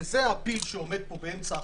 וזה הפיל שעומד פה באמצע החדר,